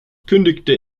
kündigte